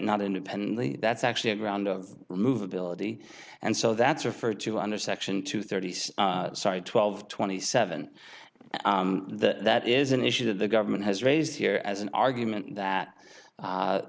not independently that's actually a ground of movability and so that's referred to under section two thirty six sorry twelve twenty seven the that is an issue that the government has raised here as an argument that